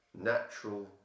Natural